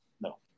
No